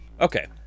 okay